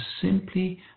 simply